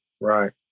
right